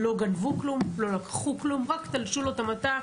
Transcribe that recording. לא גנבו כלום, לא לקחו כלום, רק תלשו לו את המטע.